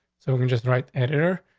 so we can just write editor.